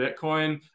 bitcoin